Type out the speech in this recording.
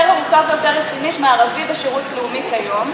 עמוקה ויותר רצינית מערבי בשירות לאומי כיום?